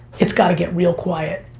it's gotta get real quiet.